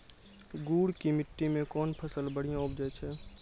गुड़ की मिट्टी मैं कौन फसल बढ़िया उपज छ?